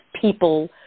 people